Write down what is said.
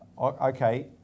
okay